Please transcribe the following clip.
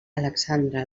alexandre